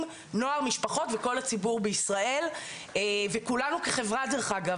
נוער משפחות וכל הציבור בישראל וכולנו כחברה דרך אגב,